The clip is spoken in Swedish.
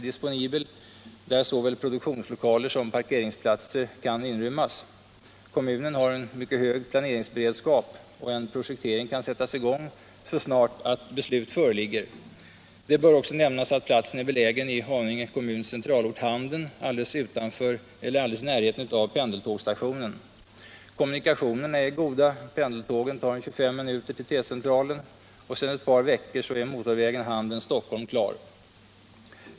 disponibel, där såväl produktionslokaler som parkeringsplatser kan inrymmas. Kommunen har en mycket hög planeringsberedskap, och en projektering kan sättas i gång så snart beslut föreligger. Det bör också nämnas att platsen är belägen i Haninge kommuns centralort Handen, alldeles i närheten av pendeltågsstationen. Kommunikationerna är goda. Pendeltågen tar ungefär 25 minuter till T-centralen. Sedan ett par veckor är motorvägen Handen-Stockholm klar.